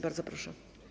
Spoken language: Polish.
Bardzo proszę.